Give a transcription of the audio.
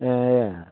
ए अँ